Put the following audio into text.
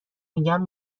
میگن